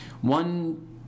One